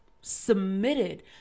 submitted